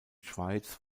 schweiz